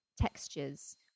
textures